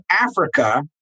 Africa